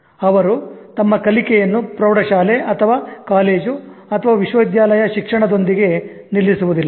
ಅವರು ತಮ್ಮ ಕಲಿಕೆಯನ್ನು ಪ್ರೌಢಶಾಲೆ ಅಥವಾ ಕಾಲೇಜು ಅಥವಾ ವಿಶ್ವವಿದ್ಯಾಲಯದ ಶಿಕ್ಷಣದೊಂದಿಗೆ ನಿಲ್ಲಿಸುವುದಿಲ್ಲ